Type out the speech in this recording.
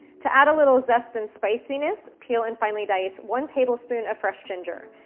to add a little zest and spiciness, peel and finally dice one tablespoon of fresh ginger.